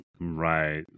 right